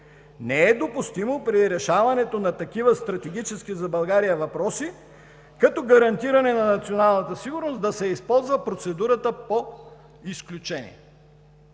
не е допустимо при решаването на такива стратегически за България въпроси, като гарантиране на националната сигурност, да се използва процедурата „по изключение“.